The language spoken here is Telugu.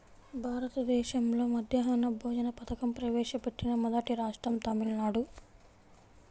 భారతదేశంలో మధ్యాహ్న భోజన పథకం ప్రవేశపెట్టిన మొదటి రాష్ట్రం తమిళనాడు